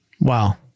Wow